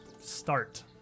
start